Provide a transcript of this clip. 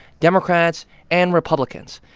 democrats and republicans.